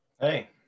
Hey